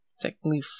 technically